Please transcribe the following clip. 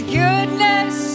goodness